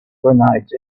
grenades